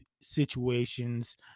situations